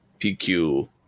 PQ